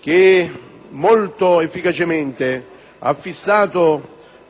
che, molto efficacemente, ha fissato